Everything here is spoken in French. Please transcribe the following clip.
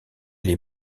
les